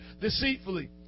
deceitfully